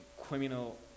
criminal